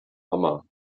hammer